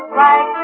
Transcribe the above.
right